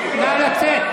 נא לצאת.